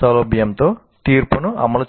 సౌలభ్యంతో తీర్పును అమలు చేయండి